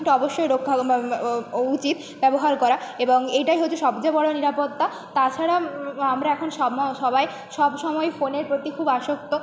এটা অবশ্যই রক্ষা উচিত ব্যবহার করা এবং এইটাই হচ্ছে সবযেয়ে বড়ো নিরাপত্তা তাছাড়া আমরা এখন সম সবাই সব সময় ফোনের প্রতি খুব আসক্ত